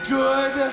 good